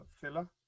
filler